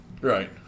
right